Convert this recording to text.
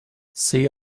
see